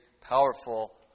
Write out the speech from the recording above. powerful